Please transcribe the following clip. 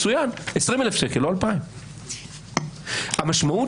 מצוין: 20,000 שקל לא 2,000. המשמעות